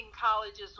colleges